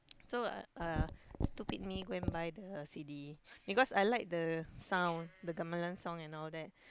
so uh stupid me go and buy the C_D because I like the sound the gamelan sound and all that